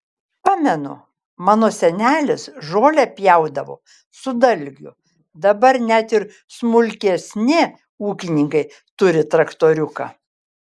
pamenu mano senelis žolę pjaudavo su dalgiu dabar net ir smulkesni ūkininkai turi traktoriuką